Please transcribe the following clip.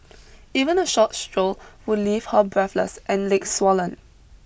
even a short stroll would leave her breathless and legs swollen